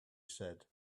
said